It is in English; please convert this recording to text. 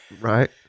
Right